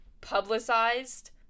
publicized